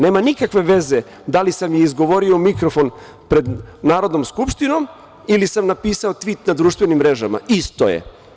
Nema nikakve veze da li sam je izgovorio u mikrofon pred Narodnom skupštinom ili sam napisao tvit na društvenim mrežama, isto je.